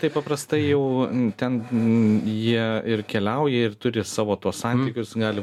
tai paprastai jau ten jie ir keliauja ir turi savo tuos santykius gali